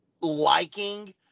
liking